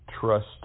trust